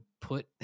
put